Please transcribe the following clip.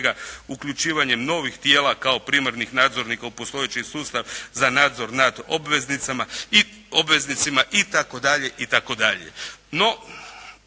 uključivanjem novih tijela kao primarnih nadzornika u postojeći sustav za nadzor nad obveznicima itd.,